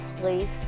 place